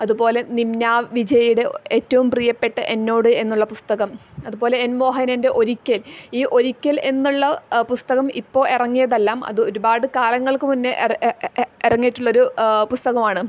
അതു പോലെ നിന്നാ വിജയിയുടെ ഏറ്റവും പ്രിയപ്പെട്ട എന്നോട് എന്നുള്ള പുസ്തകം അതുപോലെ എൻ മോഹനൻ്റെ ഒരിക്കൽ ഈ ഒരിക്കൽ എന്നുള്ള പുസ്തകം ഇപ്പോൾ ഇറങ്ങിയതല്ല അത് ഒരുപാട് കാലങ്ങൾക്ക് മുന്നെ ഇറങ്ങിയിട്ടുള്ളൊരു പുസ്തകമാണ്